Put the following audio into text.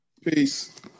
Peace